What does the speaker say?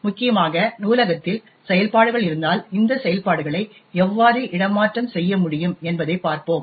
முக்கியமாக நூலகத்தில் செயல்பாடுகள் இருந்தால் இந்த செயல்பாடுகளை எவ்வாறு இடமாற்றம் செய்ய முடியும் என்பதைப் பார்ப்போம்